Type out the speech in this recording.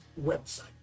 website